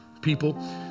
people